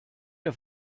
der